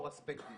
עשר דקות ותחזרי.